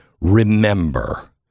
Remember